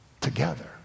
together